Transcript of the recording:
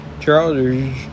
Charles